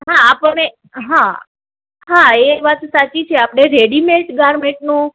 હા આપ મે હા હા એ વાત સાચી છે આપણે રેડીમેન્ટ ગારમેન્ટનું